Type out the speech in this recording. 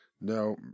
no